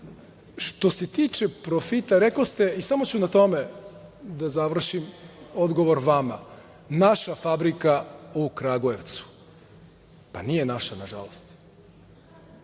to. Što se tiče profita, rekoste, i samo ću na tome da završim, odgovor vama, naša fabrika u Kragujevcu, pa nije naša nažalost.